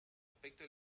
aspecto